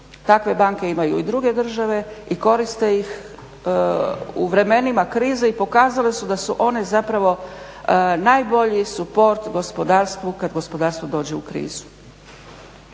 Takve banke imaju i druge države i koriste ih u vremenima krize i pokazale su da su one zapravo najbolji suport gospodarstvu kada gospodarstvo dođe u krizu.